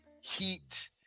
heat